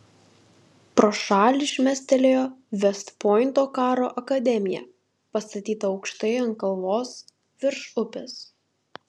pro šalį šmėstelėjo vest pointo karo akademija pastatyta aukštai ant kalvos virš upės